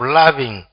loving